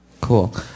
Cool